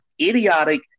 idiotic